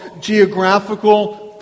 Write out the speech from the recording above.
geographical